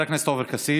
אחד כאן לא שמע.